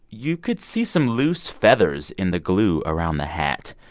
you could see some loose feathers in the glue around the hat.